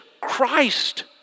Christ